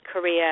Korea